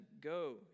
Go